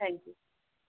thank you